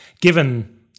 given